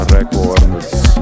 Records